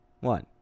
one